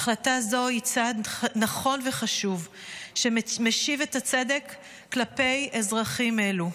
החלטה זו היא צעד נכון וחשוב שמשיב את הצדק כלפי אזרחים אלו.